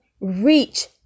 reach